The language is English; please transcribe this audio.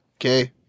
Okay